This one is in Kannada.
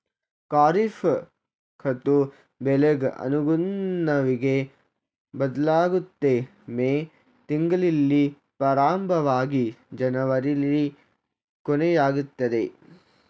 ಖಾರಿಫ್ ಋತು ಬೆಳೆಗ್ ಅನುಗುಣ್ವಗಿ ಬದ್ಲಾಗುತ್ತೆ ಮೇ ತಿಂಗ್ಳಲ್ಲಿ ಪ್ರಾರಂಭವಾಗಿ ಜನವರಿಲಿ ಕೊನೆಯಾಗ್ತದೆ